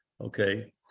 okay